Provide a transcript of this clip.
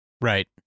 Right